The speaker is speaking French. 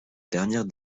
dernière